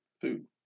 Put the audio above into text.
food